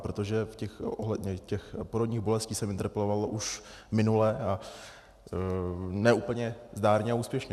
Protože ohledně těch porodních bolestí jsem interpeloval už minule a ne úplně zdárně a úspěšně.